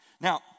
Now